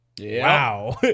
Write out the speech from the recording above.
wow